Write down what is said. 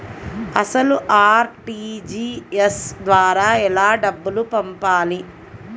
అసలు అర్.టీ.జీ.ఎస్ ద్వారా ఎలా డబ్బులు పంపాలి?